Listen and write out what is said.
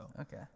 Okay